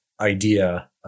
idea